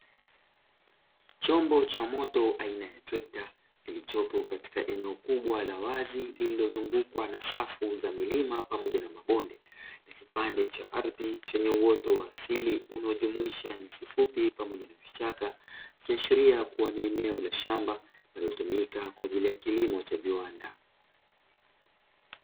Chombo cha moto aina trekta kilichopo katika eneo kubwa la wazi iliyozungukwa na safu za milima, pamoja na mabonde na kipande cha ardhi chenye uoto waasili unaojumuisha nyasi fupi pamoja na vichaka, ikiashiria kuwa ni eneo la shamba linalotumika kwa ajili ya kilimo cha viwanda.